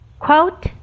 Quote